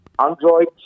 Android